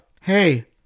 Hey